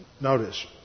Notice